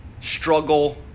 struggle